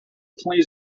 plays